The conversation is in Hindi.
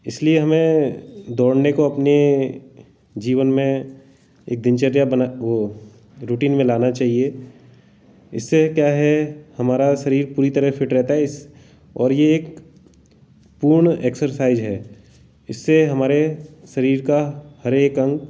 इसलिए हमें दौड़ने को अपने जीवन में एक दिनचर्या बना रूटीन में लाना चाहिए इससे क्या है हमारा शरीर पूरी तरह फिट रहता है इस और यह एक पूर्ण एक्सरसाइज है इससे हमारे शरीर का हर एक अंग